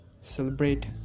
celebrate